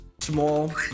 Small